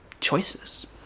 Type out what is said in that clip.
choices